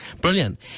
Brilliant